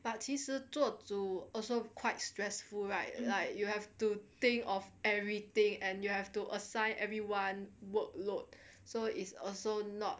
but 其实做主 also quite stressful right like you have to think of everything and you have to assign everyone workload so is also not